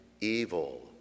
evil